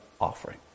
offering